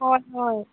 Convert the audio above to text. हय हय